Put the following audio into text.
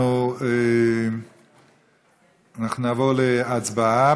אנחנו נעבור להצבעה.